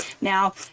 Now